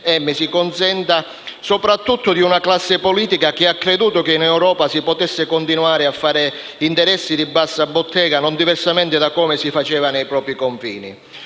- mi si consenta - di una classe politica che ha creduto che in Europa si potesse continuare a fare interessi di bassa bottega, non diversamente da come si faceva nei propri confini.